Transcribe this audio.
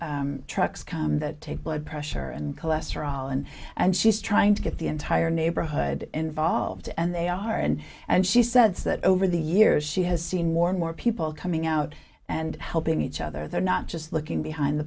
has trucks come take blood pressure and cholesterol and and she's trying to get the entire neighborhood involved and they are and and she says that over the years she has seen more and more people coming out and helping each other they're not just looking behind the